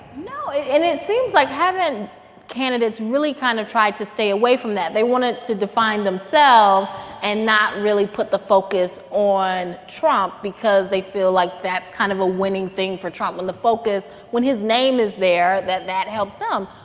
no, and it seems like haven't candidates really kind of tried to stay away from that? they wanted to define themselves and not really put the focus on trump because they feel like that's kind of a winning thing for trump when the focus when his name is there that that helps um